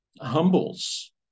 humbles